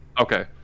Okay